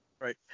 Right